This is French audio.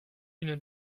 une